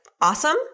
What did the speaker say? awesome